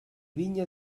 vinya